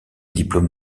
diplômes